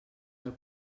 del